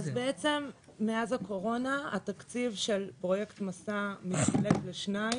מאז הקורונה התקציב של פרויקט 'מסע' מתחלק לשניים,